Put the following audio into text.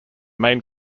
main